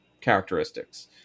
characteristics